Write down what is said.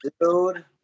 Dude